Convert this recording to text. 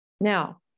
Now